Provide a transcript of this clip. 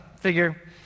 figure